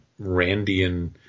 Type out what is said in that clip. Randian